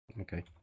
Okay